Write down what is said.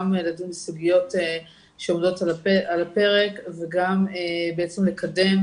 גם לדון בסוגיות שעומדות על הפרק וגם לקדם